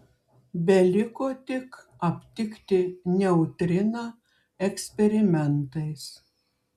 beliko tik aptikti neutriną eksperimentais